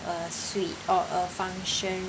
a suite or a function